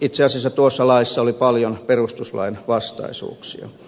itse asiassa tuossa laissa oli paljon perustuslain vastaisuuksia